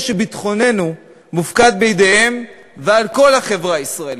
שביטחוננו מופקד בידיהם ועל כל החברה הישראלית.